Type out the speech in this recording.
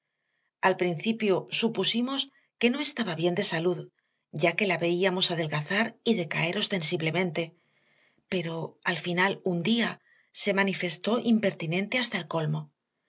al principio supusimos que no estaba bien de salud ya que la veíamos adelgazar y decaer ostensiblemente pero al fin un día se manifestó impertinente hasta el colmo